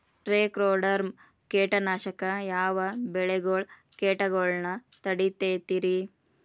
Trichoderma ಕೇಟನಾಶಕ ಯಾವ ಬೆಳಿಗೊಳ ಕೇಟಗೊಳ್ನ ತಡಿತೇತಿರಿ?